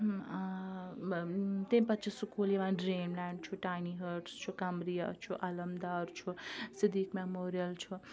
تمہِ پَتہٕ چھِ سکوٗل یِوان ڈرٛیٖم لینٛڈ چھُ ٹاینی ہٲٹٕس چھُ کَمرِیہ چھُ المدار چھُ سدیٖق میٚموریل چھُ